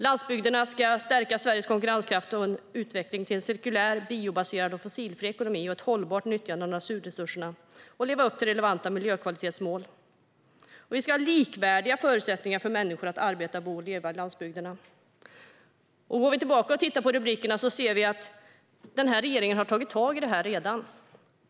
Landsbygderna ska stärka Sveriges konkurrenskraft och utveckling till en sekulär, biobaserad och fossilfri ekonomi, ett hållbart nyttjande av naturresurserna och leva upp till relevanta miljökvalitetsmål. Vi ska ha likvärdiga förutsättningar för människor att arbeta, bo och leva i landsbygderna. Går vi tillbaka och tittar på rubrikerna ser vi att den här regeringen redan har tagit tag i detta.